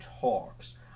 talks